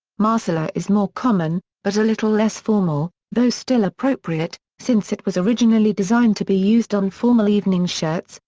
marcella is more common, but a little less formal, though still appropriate, since it was originally designed to be used on formal evening shirts,